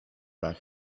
back